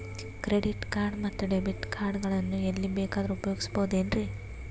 Credit card ಮತ್ತು debit card ಗಳನ್ನು ಎಲ್ಲಿ ಬೇಕಾದ್ರು ಉಪಯೋಗಿಸಬಹುದೇನ್ರಿ?